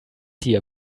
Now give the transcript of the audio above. hier